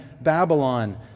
Babylon